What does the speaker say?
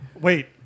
Wait